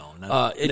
No